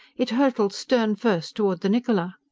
it hurtled stern-first toward the niccola.